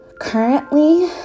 currently